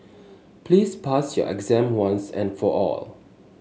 please pass your exam once and for all